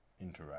interact